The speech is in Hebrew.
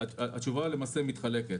התשובה מתחלקת.